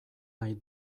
nahi